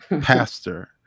Pastor